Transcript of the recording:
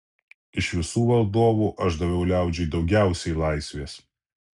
iš visų valdovų aš daviau liaudžiai daugiausiai laisvės